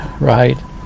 right